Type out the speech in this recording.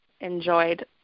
enjoyed